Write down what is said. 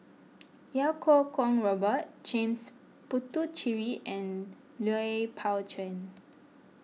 Iau Kuo Kwong Robert James Puthucheary and Lui Pao Chuen